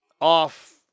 off